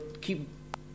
keep